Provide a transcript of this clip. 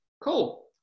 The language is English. Cool